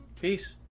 Peace